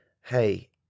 hey